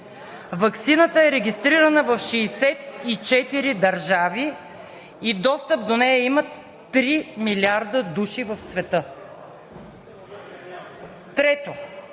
ваксината е регистрирана в 64 държави и достъп до нея имат 3 милиарда души в света. Трето,